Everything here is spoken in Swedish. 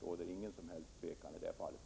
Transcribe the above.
Det råder inget som helst tvivel i det fallet.